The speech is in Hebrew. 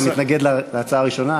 אתה מתנגד להצעה הראשונה,